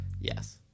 Yes